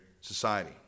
Society